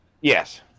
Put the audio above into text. Yes